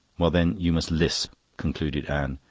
well, then, you must lisp, concluded anne.